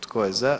Tko je za?